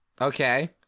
Okay